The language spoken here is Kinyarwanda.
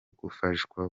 gufashwa